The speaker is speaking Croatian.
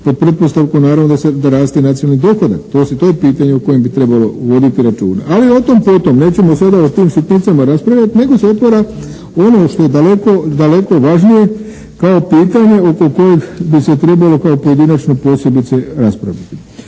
pod pretpostavkom naravno da raste nacionalni dohodak, to je pitanje o kojem bi trebalo voditi računa, ali o tom po tom, nećemo sada o tim sitnicama raspravljati nego se otvara ono što je daleko važnije kao pitanje oko kojeg bi se trebalo kao pojedinačno posebice raspraviti.